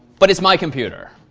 but it's my computer.